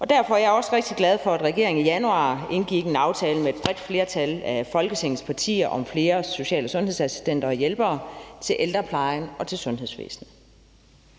Derfor er jeg også rigtig glad for, at regeringen i januar indgik en aftale med et bredt flertal af Folketingets partier om flere social- og sundhedsassistenter og -hjælpere til ældreplejen og til sundhedsvæsenet.